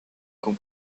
con